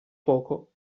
poco